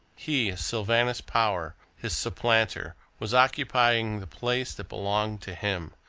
he, sylvanus power, his supplanter, was occupying the place that belonged to him,